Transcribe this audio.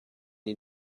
you